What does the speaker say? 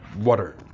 water